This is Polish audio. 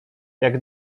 jak